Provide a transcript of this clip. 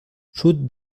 sud